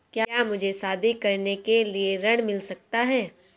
क्या मुझे शादी करने के लिए ऋण मिल सकता है?